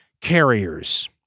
carriers